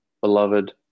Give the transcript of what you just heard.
beloved